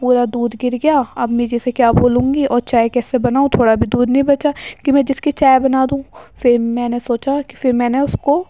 پورا دودھ گر گیا امی جی سے کیا بولوں گی اور چائے کیسے بناؤں تھوڑا بھی دودھ نہیں بچا کہ میں جس کی چائے بنا دوں پھر میں نے سوچا کہ پھر میں نے اس کو